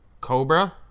Cobra